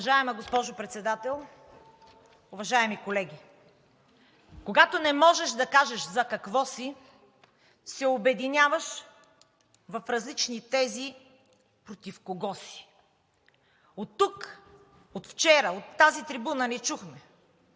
Уважаема госпожо Председател, уважаеми колеги! Когато не можеш да кажеш за какво си, се обединяваш в различни тѐзи против кого си. Оттук, от вчера, от тази трибуна не чухме